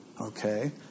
Okay